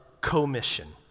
commission